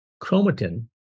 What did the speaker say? chromatin